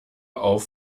auf